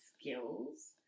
skills